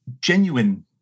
genuine